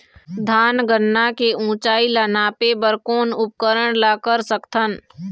धान गन्ना के ऊंचाई ला नापे बर कोन उपकरण ला कर सकथन?